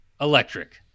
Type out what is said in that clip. Electric